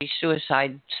suicide